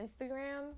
Instagram